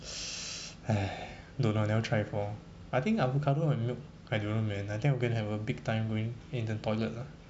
no no never try before I think avocado and milk I don't know man I think I'm gonna have a big time going in the toilet lah